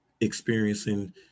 experiencing